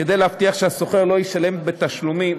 כדי להבטיח שהשוכר לא יישא בתשלומים